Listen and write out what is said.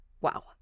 Wow